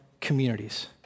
communities